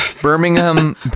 Birmingham